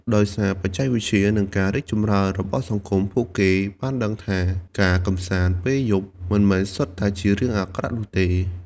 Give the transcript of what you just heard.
ដោយសារបច្ចេកវិទ្យា និងការរីកចម្រើនរបស់សង្គម ពួកគេបានដឹងថា ការកម្សាន្តពេលយប់មិនមែនសុទ្ធតែជារឿងអាក្រក់នោះទេ។